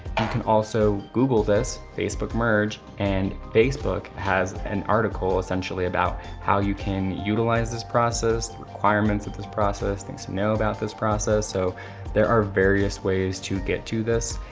and can also google this, facebook merge, and facebook has an article essentially, about how you can utilize this process, requirements of this process, things to know about this process. so there are various ways to get to this.